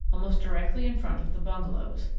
almost directly in front of the bungalows,